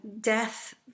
death